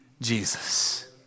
Jesus